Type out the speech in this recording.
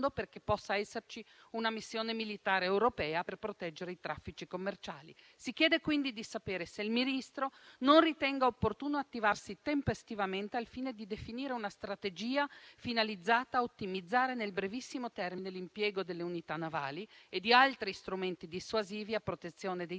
perché possa esserci una missione militare europea per proteggere i traffici commerciali. Si chiede quindi di sapere se il Ministro non ritenga opportuno attivarsi tempestivamente al fine di definire una strategia finalizzata a ottimizzare, nel brevissimo termine, l'impiego delle unità navali e di altri strumenti dissuasivi a protezione dei traffici;